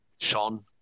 Sean